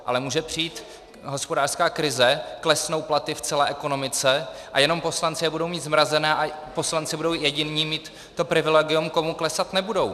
Ale může přijít hospodářská krize, klesnou platy v celé ekonomice a jenom poslanci je budou mít zmrazené a poslanci jediní budou mít to privilegium, komu klesat nebudou.